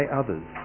others